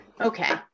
Okay